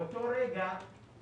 באותו רגע,